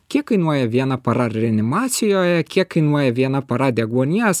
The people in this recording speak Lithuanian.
kiek kainuoja viena para reanimacijoje kiek kainuoja viena para deguonies